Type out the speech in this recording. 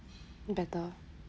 better